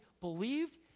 believed